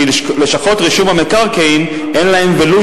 כי לשכות רישום המקרקעין אין להן ולו